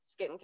Skincare